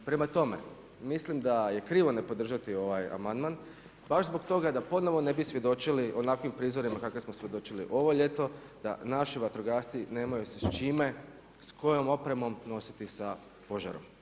Prema tome, mislim da je krivo ne podržati ovaj amandman, baš zbog toga da ponovno ne bi svjedočili onakvim prizorima kakve smo svjedočili ovo ljeto, da naši vatrogasci nemaju se s čime, s kojom opremom nositi sa požarom.